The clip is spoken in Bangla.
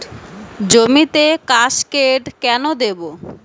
জমিতে কাসকেড কেন দেবো?